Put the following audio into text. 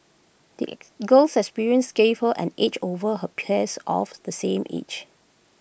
the girl's experiences gave her an edge over her peers of the same age